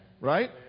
Right